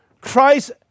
Christ